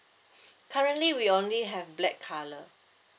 currently we only have black colour